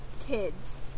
kids